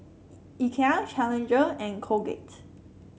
Ikea Challenger and Colgate